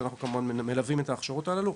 ואנחנו כמובן מלווים את ההכשרות הללו.